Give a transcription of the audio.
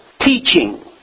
teaching